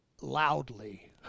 loudly